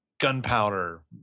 gunpowder